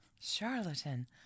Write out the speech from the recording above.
charlatan